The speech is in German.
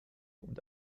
und